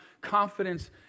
confidence